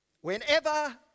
whenever